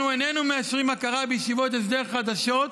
אנחנו איננו מאשרים הכרה בישיבות הסדר חדשות,